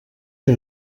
que